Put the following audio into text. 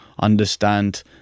understand